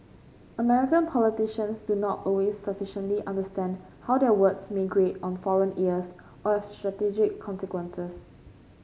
American politicians do not always sufficiently understand how their words may grate on foreign ears or have strategic consequences